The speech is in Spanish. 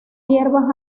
hierbas